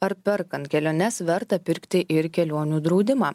ar perkant keliones verta pirkti ir kelionių draudimą